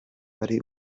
ari